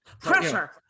pressure